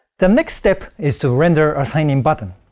the next step is to render a sign in button.